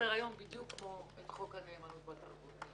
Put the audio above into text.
מסדר-היום בדיוק כמו את חוק הנאמנות בתרבות.